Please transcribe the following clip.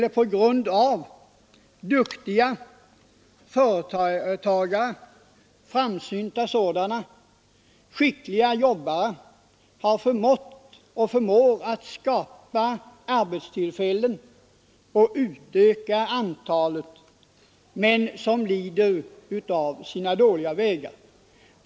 Det är bygder där det tack vare duktiga och framsynta företagare och skickliga arbetare har skapats och fortfarande skapas arbetstillfällen men där man lider av dåliga vägar.